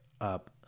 up